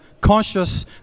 conscious